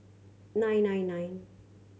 nine nine nine